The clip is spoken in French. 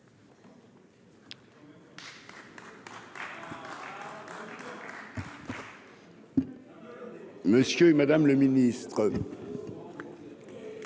Monsieur et Madame le Ministre.